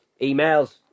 Emails